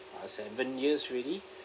uh seven years already